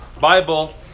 Bible